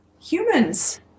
humans